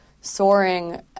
soaring